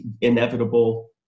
inevitable